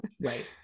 Right